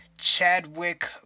Chadwick